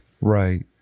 Right